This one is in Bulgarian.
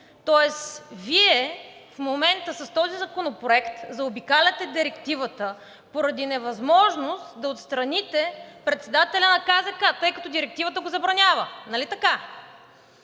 тоест Вие в момента с този законопроект заобикаляте директивата поради невъзможност да отстраните председателя на КЗК, тъй като директивата го забранява. Нали така?